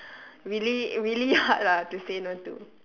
really really hard lah to say no to